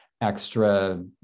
extra